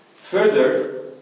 Further